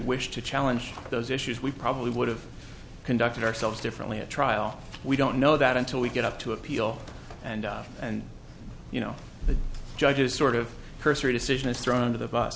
wished to challenge those issues we probably would have conducted ourselves differently at trial we don't know that until we get up to appeal and on and you know the judges sort of person a decision is thrown under the bu